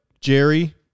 Jerry